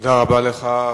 תודה רבה לך.